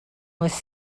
was